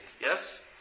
Yes